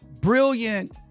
brilliant